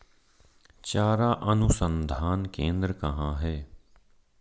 चारा अनुसंधान केंद्र कहाँ है?